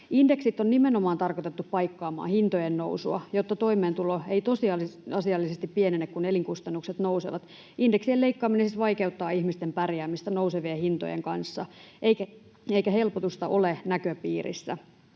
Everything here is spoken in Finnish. Indeksit on nimenomaan tarkoitettu paikkaamaan hintojen nousua, jotta toimeentulo ei tosiasiallisesti pienene, kun elinkustannukset nousevat. Indeksien leikkaaminen siis vaikeuttaa ihmisten pärjäämistä nousevien hintojen kanssa, eikä helpotusta ole näköpiirissä.